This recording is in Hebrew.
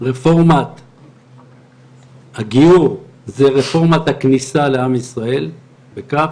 רפורמת הגיור, זה רפורמת הכניסה לעם ישראל, ב-כ',